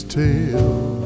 tale